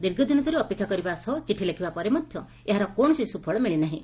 ଦୀର୍ଘ ଦିନ ଧରି ଅପେକ୍ଷା କରିବା ସହ ଚିଠି ଲେଖ୍ବା ପରେ ମଧ୍ଧ ଏହାର କୌଣସି ସୁଫଳ ମିଳିନାହିଁ